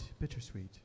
Bittersweet